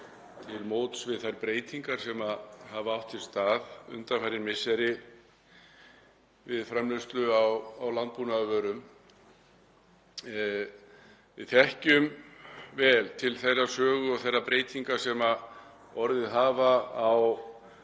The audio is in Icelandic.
til móts við þær breytingar sem hafa átt sér stað undanfarin misseri við framleiðslu á landbúnaðarvörum. Við þekkjum vel til þeirrar sögu og þeirra breytinga sem orðið hafa á